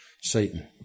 Satan